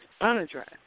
unaddressed